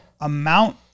amount